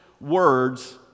words